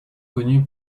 connu